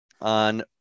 on